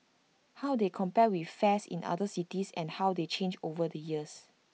how they compare with fares in other cities and how they change over the years